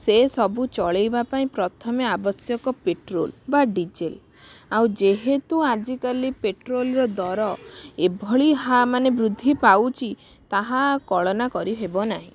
ସେ ସବୁ ଚଳାଇବା ପାଇଁ ପ୍ରଥମେ ଆବଶ୍ୟକ ପେଟ୍ରୋଲ ବା ଡିଜେଲ ଆଉ ଯେହେତୁ ଆଜିକାଲି ପେଟ୍ରୋଲ ର ଦର ଏଭଳି ହା ମାନେ ବୃଦ୍ଧି ପାଉଛି ତାହା କଳନା କରି ହେବ ନାହିଁ